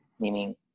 meaning